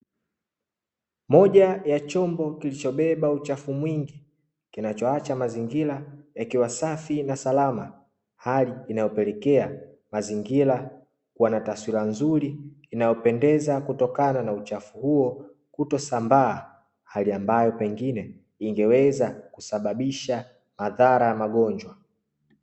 Moja ya chombo kilicho beba uchafu mwingi kinacho acha mazingira yakiwa safi na salama hali inayopelekea mazingira kua na taswira nzuri inayopendeza kutokana na uchafu huo kuto sambaa hali ambayo pengine ingeweza kusababisha madhara ya magonjwa.